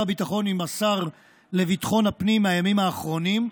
הביטחון עם השר לביטחון הפנים בימים האחרונים,